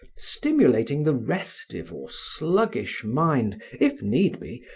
stimulating the restive or sluggish mind, if need be,